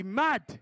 mad